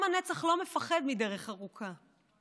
עם הנצח לא מפחד מדרך ארוכה.